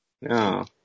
No